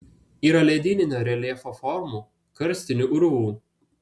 yra ledyninio reljefo formų karstinių urvų